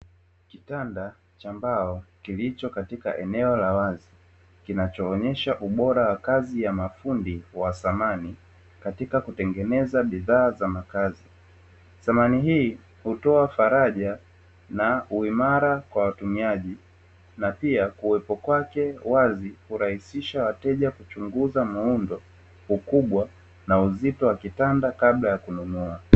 Kitanda cha mbao kilicho katika eneo la wazi, kinachoonyesha ubora wa kazi ya mafundi wa samani katika kutengeneza bidhaa za makazi. Samani hii hutoa faraja na uimara kwa watumiaji na pia kuwepo kwake wazi kunarahisisha wateja kuchunguza muundo ukubwa na uzito wa kitanda kabla ya kununua.